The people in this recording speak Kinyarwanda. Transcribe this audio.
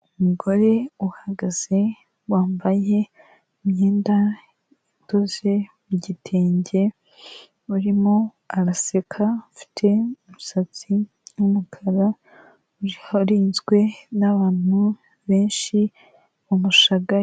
Umugore uhagaze wambaye imyenda idoze mu gitenge, urimo araseka afite umusatsi w'umukara urinzwe n'abantu benshi bamushagaye.